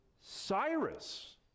Cyrus